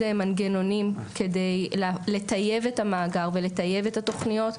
מנגנונים כדי לטייב את המאגר ולטייב את התוכניות.